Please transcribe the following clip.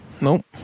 Nope